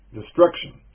destruction